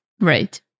Right